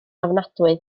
ofnadwy